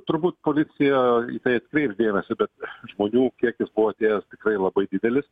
turbūt policija į tai atkreips dėmesį bet žmonių kiekis buvo atėjęs tikrai labai didelis